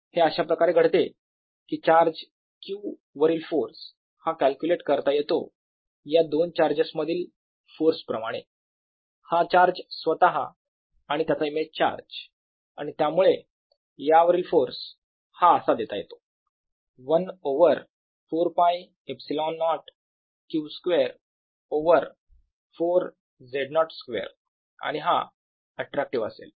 हे अशाप्रकारे घडते की चार्ज q वरील फोर्स हा कॅल्क्युलेट करता येतो या दोन चार्जेस मधील फोर्स याप्रमाणे हा चार्ज स्वतः आणि त्याचा इमेज चार्ज आणि त्यामुळे यावरील फोर्स हा असा देता येतो 1 over 4π ε0 q square over 4 Z0 square आणि हा अट्रॅक्टीव्ह असेल